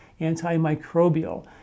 antimicrobial